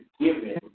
given